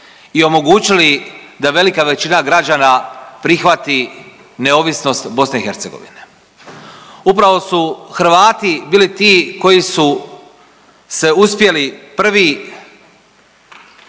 i omogućili da velika većina građana prihvati neovisnost BiH. Upravo su Hrvati bili ti koji su se uspjeli prvi